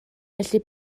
felly